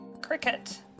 Cricket